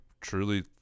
truly